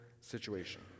situation